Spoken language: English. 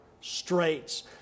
straits